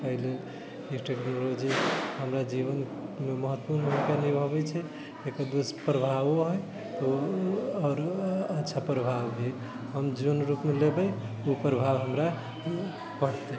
एहि लेल ई टेक्नोलोजी हमरा जीवनमे महत्वपूर्ण भूमिका निभावैत छै एकर दुष्प्रभावो है आओर अच्छा प्रभाव भी हम जेहन रूपमे लेबै ओ प्रभाव हमरा पड़तै